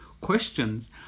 questions